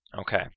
Okay